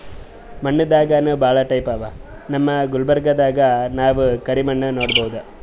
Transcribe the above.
ಮಣ್ಣ್ ದಾಗನೂ ಭಾಳ್ ಟೈಪ್ ಅವಾ ನಮ್ ಗುಲ್ಬರ್ಗಾದಾಗ್ ನಾವ್ ಕರಿ ಮಣ್ಣ್ ನೋಡಬಹುದ್